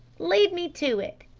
lead me to it.